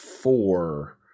four